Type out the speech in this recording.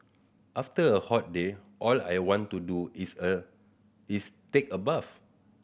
after a hot day all I want to do is a is take a bath